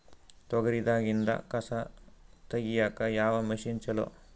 ತೊಗರಿ ದಾಗಿಂದ ಕಸಾ ತಗಿಯಕ ಯಾವ ಮಷಿನ್ ಚಲೋ?